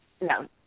No